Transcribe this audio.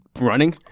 running